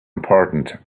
important